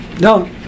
No